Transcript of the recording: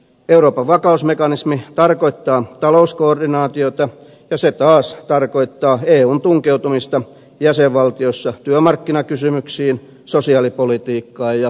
euroopan vakausmekanismi tarkoittaa talouskoordinaatiota ja se taas tarkoittaa eun tunkeutumista jäsenvaltioissa työmarkkinakysymyksiin sosiaalipolitiikkaan ja veroratkaisuihin